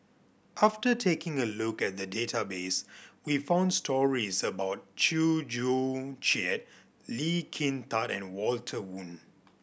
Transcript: after taking a look at the database we found stories about Chew Joo Chiat Lee Kin Tat and Walter Woon